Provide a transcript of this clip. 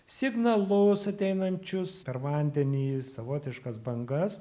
signalus ateinančius per vandenį savotiškas bangas